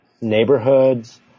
neighborhoods